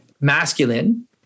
masculine